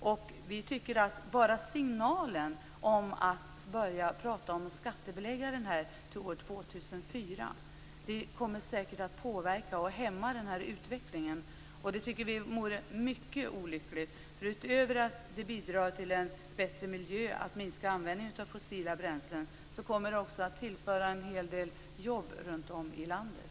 Bara signalen - bara det att man börjar prata om att skattebelägga biodrivmedel från år 2004 - tror vi kommer att påverka och hämma utvecklingen. Det tycker vi vore mycket olyckligt. Utöver att minskad användning av fossila bränslen bidrar till en bättre miljö tillför det också en hel del jobb runtom i landet.